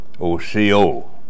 O-C-O